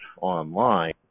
online